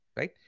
Right